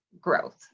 growth